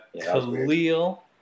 khalil